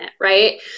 right